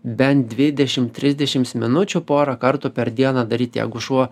bent dvidešim trisdešims minučių porą kartų per dieną daryt jeigu šuo